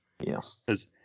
Yes